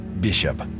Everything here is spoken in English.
Bishop